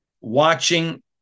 watching